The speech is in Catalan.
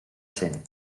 cent